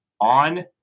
on